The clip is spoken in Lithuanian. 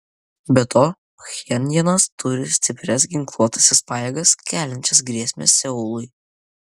be to pchenjanas turi stiprias ginkluotąsias pajėgas keliančias grėsmę seului